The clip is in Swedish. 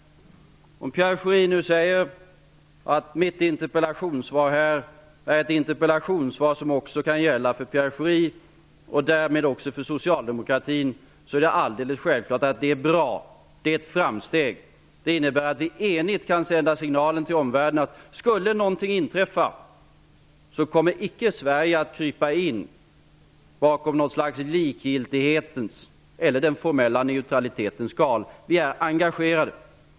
Om Pierre Schori säger att mitt interpellationssvar också kan gälla för Pierre Schori och därmed också för socialdemokratin är det självfallet bra. Det är ett framsteg. Det innebär att vi enigt kan sända signalen till omvärlden att Sverige, om någonting skulle inträffa, icke kommer att krypa in bakom likgiltighetens eller den formella neutralitetens skal. Vi är engagerade.